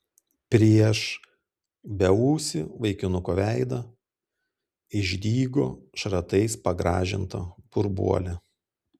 prieš beūsį vaikinuko veidą išdygo šratais pagrąžinta burbuolė